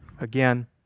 again